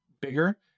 bigger